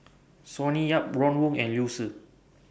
Sonny Yap Ron Wong and Liu Si